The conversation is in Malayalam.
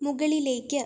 മുകളിലേക്ക്